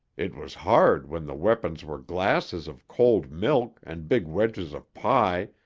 it was hard when the weapons were glasses of cold milk and big wedges of pie,